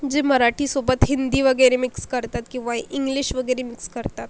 जे मराठीसोबत हिंदी वगैरे मिक्स करतात किंवा इंग्लिश वगैरे मिक्स करतात